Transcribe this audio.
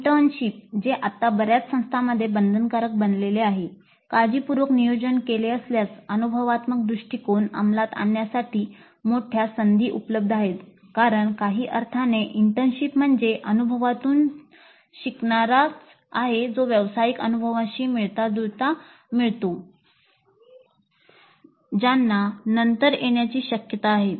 internship म्हणजे अनुभवातून शिकणाराच आहे जो व्यावसायिक अनुभवाशी मिळताजुळता मिळतो ज्यांना नंतर येण्याची शक्यता आहे